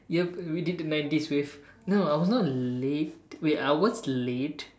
yup we did the nineties waves wait I was not late wait I was the late